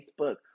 Facebook